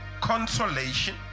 consolation